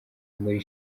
muri